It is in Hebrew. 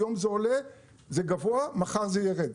היום זה עולה וגבוה ומחר זה ירד.